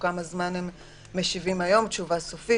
כמה זמן הם משיבים היום תשובה סופית,